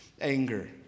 anger